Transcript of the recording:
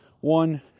one